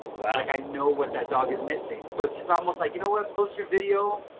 wow. like, i know what that dog is missing. so it's just almost like, you know what, post your video,